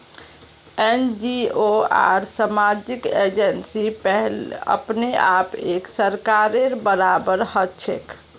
NGO आर सामाजिक agency अपने आप एक सरकारेर बराबर हछेक